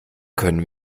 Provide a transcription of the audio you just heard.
können